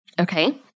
Okay